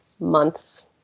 months